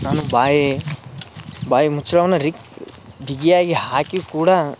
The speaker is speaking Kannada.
ನಾನು ಬಾಯಿ ಬಾಯಿ ಮುಚ್ಚಳವನ್ನು ರಿ ಬಿಗಿಯಾಗಿ ಹಾಕಿ ಕೂಡ